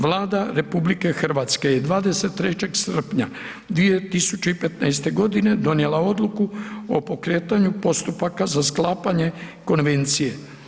Vlada RH je 23. srpnja 2015. g. donijela odluku o pokretanju postupaka za sklapanje konvencije.